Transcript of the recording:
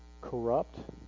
corrupt